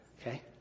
Okay